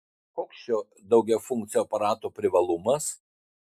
koks šio daugiafunkcio aparato privalumas